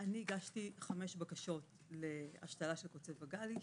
אני הגשתי חמש בקשות להשתלה של קוצב וגאלי,